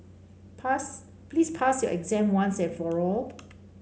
pass please pass your exam once and for all